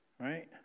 right